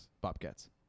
Bobcats